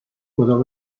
puedo